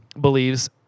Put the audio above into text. Believes